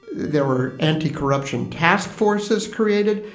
there were anti-corruption task forces created,